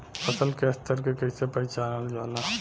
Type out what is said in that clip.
फसल के स्तर के कइसी पहचानल जाला